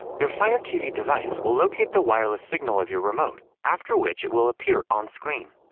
your fire tv device will locate the wireless signal of your remote after, which it will appear on screen.